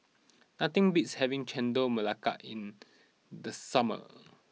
nothing beats having Chendol Melaka in the summer